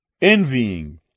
envying